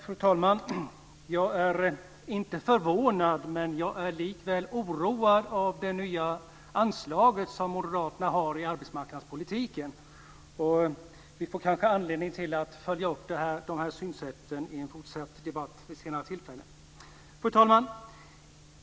Fru talman! Jag är inte förvånad men likväl är jag oroad av det nya anslag som moderaterna har i arbetsmarknadspolitiken. Vi får kanske anledning att följa upp de nya synsätten i en fortsatt debatt vid ett senare tillfälle. Fru talman!